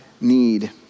need